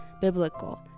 biblical